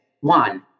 One